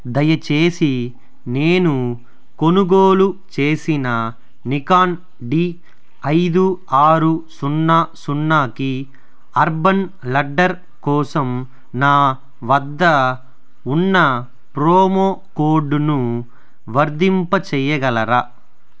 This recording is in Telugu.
దయచేసి నేను కొనుగోలు చేసిన నికాన్ డీ ఐదు ఆరు సున్నా సున్నాకి అర్బన్ లడ్డర్ కోసం నా వద్ద ఉన్న ప్రోమో కోడ్ను వర్తింపజేయగలరా